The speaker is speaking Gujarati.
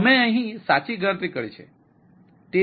અમે અહીં સાચી ગણતરી કરી છે